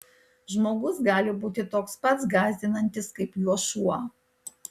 žmogus gali būti toks pats gąsdinantis kaip juo šuo